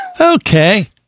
Okay